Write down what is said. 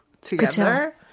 together